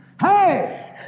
Hey